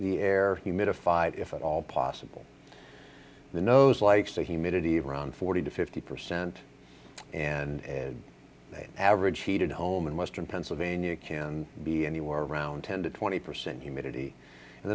the air humidified if at all possible the nose likes the humidity of around forty to fifty percent and the average heated home in western pennsylvania can be anywhere around ten to twenty percent humidity and